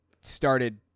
started